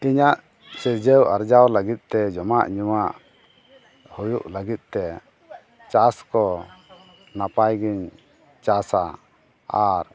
ᱛᱮᱦᱮᱧᱟᱜ ᱥᱤᱨᱡᱟᱹᱣ ᱟᱨᱡᱟᱣ ᱞᱟᱹᱜᱤᱫᱛᱮ ᱡᱚᱢᱟᱜ ᱧᱩᱣᱟᱜ ᱦᱩᱭᱩᱜ ᱞᱟᱹᱜᱤᱫᱛᱮ ᱪᱟᱥᱠᱚ ᱱᱟᱯᱟᱭᱜᱮᱧ ᱪᱟᱥᱟ ᱟᱨ